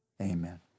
amen